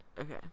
Okay